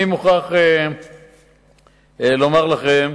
אני מוכרח לומר לכם